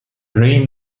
rain